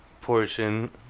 portion